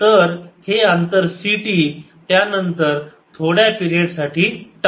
तर हे अंतर ct त्यानंतर थोड्या पिरेड साठी टाऊ